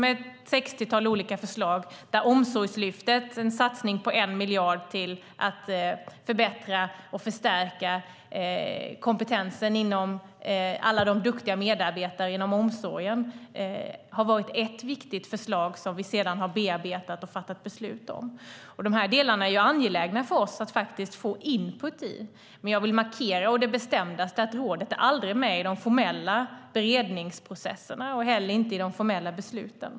Den innehåller ett sextiotal olika förslag där Omsorgslyftet, en satsning på 1 miljard för att förbättra och förstärka kompetensen hos alla de duktiga medarbetarna inom omsorgen, har varit ett viktigt förslag som vi sedan har bearbetat och fattat beslut om. Det är angeläget för oss att få input i de här delarna. Men jag vill å det bestämdaste markera att rådet aldrig är med i de formella beredningsprocesserna och inte heller i de formella besluten.